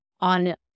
on